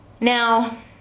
Now